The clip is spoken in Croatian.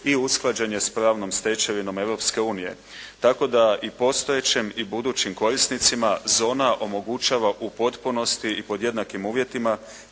i usklađen je s pravnom stečevinom Europske unije tako da i postojećem i budućim korisnicima zona omogućava u potpunosti i pod jednakim uvjetima